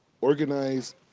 organize